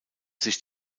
sich